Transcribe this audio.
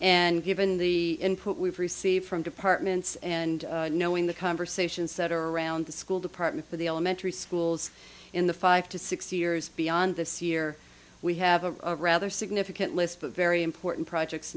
and given the input we've received from departments and knowing the conversations that are around the school department for the elementary schools in the five to six years beyond this year we have a rather significant list of very important projects